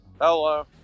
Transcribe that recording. Hello